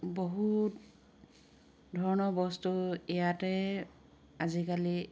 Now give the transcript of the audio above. বহুত ধৰণৰ বস্তু ইয়াতেই আজিকালি